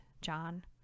John